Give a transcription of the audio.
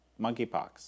monkeypox